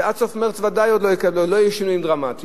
ועד סוף מרס ודאי עוד לא יהיו שינויים דרמטיים,